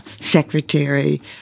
secretary